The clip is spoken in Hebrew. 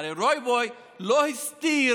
הלוא רוי בוי לא הסתיר